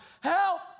help